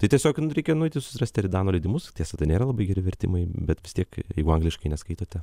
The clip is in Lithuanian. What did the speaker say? tai tiesiog jum reikia nueiti susirasti eridano leidimus tiesa tai nėra labai geri vertimai bet vis tiek jeigu angliškai neskaitote